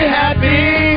happy